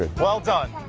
ah well done.